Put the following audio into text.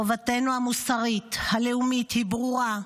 חובתנו המוסרית, הלאומית, היא ברורה: